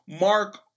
Mark